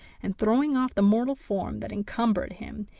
and, throwing off the mortal form that encumbered him,